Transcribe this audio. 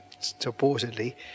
supposedly